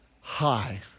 High